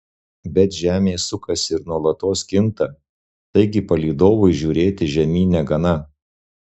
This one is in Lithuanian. bet žemė sukasi ir nuolatos kinta taigi palydovui žiūrėti žemyn negana